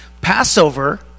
Passover